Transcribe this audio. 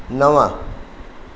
नव